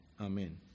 Amen